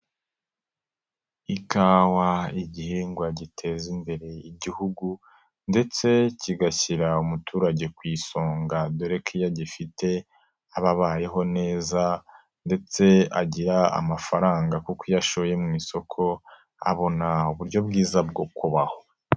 Ikawa igihingwa giteza imbere igihugu ndetse kigashyira umuturage ku isonga dore ko iyo agifite ababayeho neza ndetse agira amafaranga kuko iyo ashoye mu isoko abona uburyo bwiza bwo kubaho.